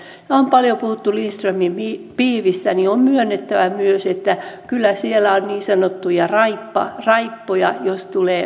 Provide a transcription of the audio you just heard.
kun on paljon puhuttu lindströmin pihvistä niin on myönnettävä myös että kyllä siellä on niin sanottuja raippoja jos tulee porkkanoitakin